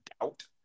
doubt